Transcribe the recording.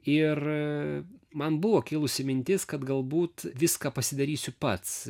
ir man buvo kilusi mintis kad galbūt viską pasidarysiu pats